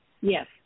yes